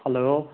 hello